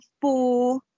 four